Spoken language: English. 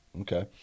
okay